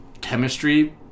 chemistry